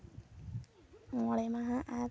ᱢᱚᱬᱮ ᱢᱟᱦᱟ ᱟᱨ